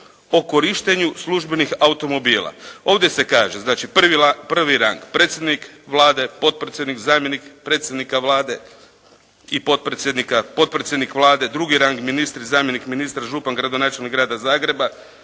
o korištenju službenih automobila. Ovdje se kaže, znači prvi rang, predsjednik Vlade, potpredsjednik, zamjenik predsjednika Vlade, i potpredsjednika, potpredsjednik Vlade. Drugi rang, ministri zamjenik ministra, župan, gradonačelnik Grada Zagreba.